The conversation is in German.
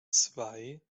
zwei